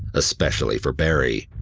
especially for barrie,